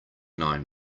nine